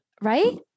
Right